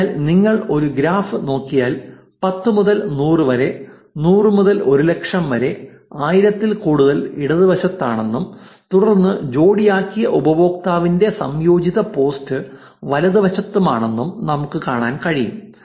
അതിനാൽ നിങ്ങൾ ഒരു ഗ്രാഫ് നോക്കിയാൽ 10 മുതൽ 100 വരെ 100 മുതൽ 100000 വരെ 1000 ൽ കൂടുതൽ ഇടതുവശത്താണെന്നും തുടർന്ന് ജോടിയാക്കിയ ഉപയോക്താവിന്റെ സംയോജിത പോസ്റ്റ് വലതുവശത്താണെന്നും നമുക്ക് കാണാൻ കഴിയും